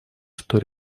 что